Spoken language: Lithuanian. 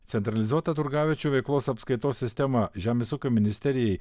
centralizuotą turgaviečių veiklos apskaitos sistemą žemės ūkio ministerijai